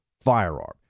firearm